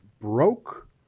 broke